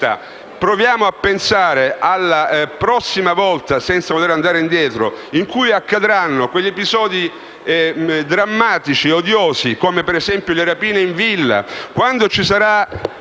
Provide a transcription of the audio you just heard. proviamo a pensare alla prossima volta - senza voler andare indietro nel tempo - in cui accadranno quegli episodi drammatici e odiosi, come per esempio le rapine in villa,